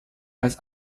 als